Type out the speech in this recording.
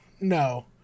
No